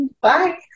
Bye